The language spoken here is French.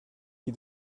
qui